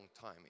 time